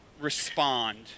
respond